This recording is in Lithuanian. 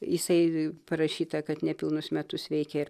jisai parašyta kad nepilnus metus veikė ir